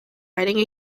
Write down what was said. riding